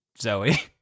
Zoe